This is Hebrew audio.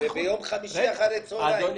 ביום חמישי אחרי הצהריים.